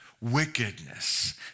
wickedness